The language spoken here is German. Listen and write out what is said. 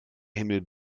himmel